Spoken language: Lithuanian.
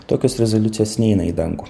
tokios rezoliucijos neina į dangų